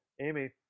Amy